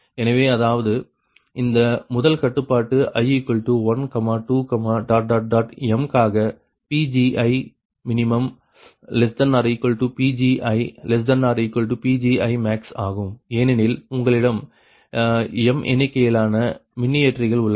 எனவே அதாவது அந்த முதல் கட்டுப்பாடு i12m காக PgiminPgiPgimax ஆகும் ஏனெனில் உங்களிடம் mஎண்ணிக்கையிலான மின்னியற்றிகள் உள்ளன